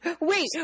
Wait